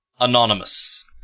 Anonymous